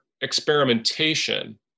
experimentation